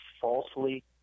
falsely